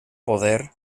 poder